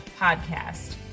podcast